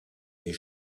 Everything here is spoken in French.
les